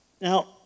Now